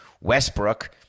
Westbrook